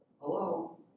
Hello